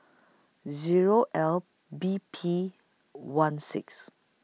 Zero L B P one six